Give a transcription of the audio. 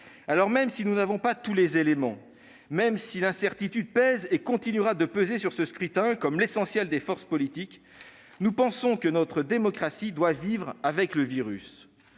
Aussi, même si nous n'avons pas tous les éléments, même si l'incertitude pèse et continuera de peser sur ce scrutin, nous pensons, comme l'essentiel des forces politiques, que notre démocratie doit vivre avec le virus.